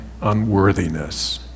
unworthiness